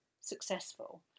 successful